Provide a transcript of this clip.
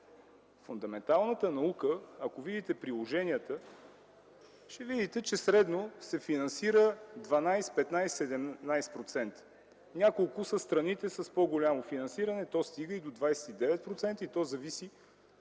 Фундаменталната наука, ако видите приложенията, ще забележите, че средно се финансира с 12, 15, 17%. Няколко са страните с по голямо финансиране, където то стига 29%, и то зависи